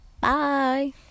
bye